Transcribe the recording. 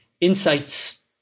insights